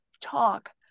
talk